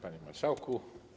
Panie Marszałku!